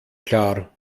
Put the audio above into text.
klar